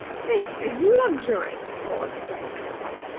this is luxury, roared the jolly-cum-pop.